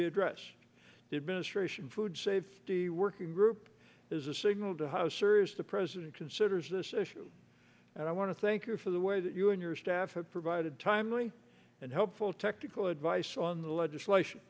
be addressed the administration food safety working group is a signal to how serious the president considers this issue and i want to thank you for the way that you and your staff have provided timely and full technical advice on the legislation